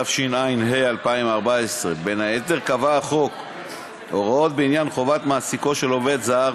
התשע"ה 2014. בין היתר קבע החוק הוראות בעניין חובת מעסיקו של עובד זר